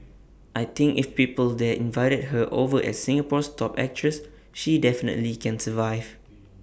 I think if people there invited her over as Singapore's top actress she definitely can survive